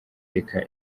reka